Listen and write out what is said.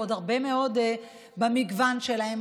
ועוד הרבה מאוד במגוון שלהם,